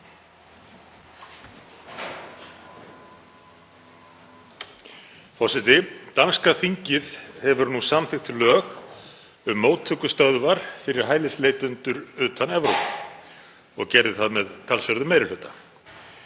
Forseti. Danska þingið hefur samþykkt lög um móttökustöðvar fyrir hælisleitendur utan Evrópu og gerði það með talsverðum meiri hluta.